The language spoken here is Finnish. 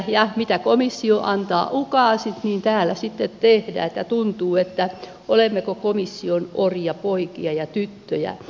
ja mitä komissio antaa ukaasit niin täällä sitten tehdään niin että tuntuu että olemmeko komission orjapoikia ja tyttöjä